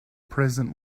present